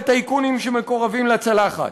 לטייקונים שמקורבים לצלחת.